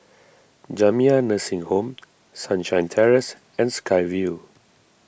Jamiyah Nursing Home Sunshine Terrace and Sky Vue